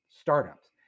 startups